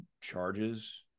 charges